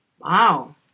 Wow